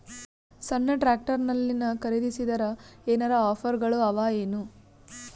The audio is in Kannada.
ಸಣ್ಣ ಟ್ರ್ಯಾಕ್ಟರ್ನಲ್ಲಿನ ಖರದಿಸಿದರ ಏನರ ಆಫರ್ ಗಳು ಅವಾಯೇನು?